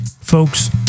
folks